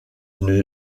une